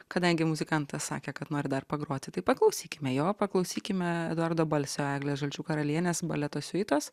kadangi muzikantas sakė kad nori dar pagroti tai paklausykime jo paklausykime eduardo balsio eglės žalčių karalienės baleto siuitos